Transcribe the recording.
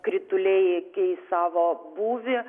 krituliai keis savo būvį